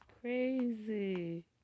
crazy